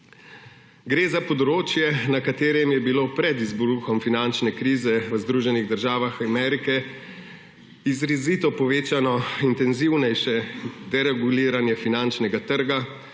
Gre za področje, na katerem je bilo pred izbruhom finančne krize v Združenih državah Amerike izrazito povečano intenzivnejše dereguliranje finančnega trga,